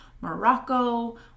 Morocco